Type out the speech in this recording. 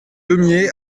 deumié